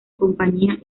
compañía